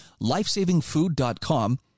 lifesavingfood.com